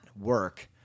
work